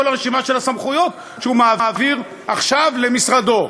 הרשימה של הסמכויות שהוא מעביר עכשיו למשרדו.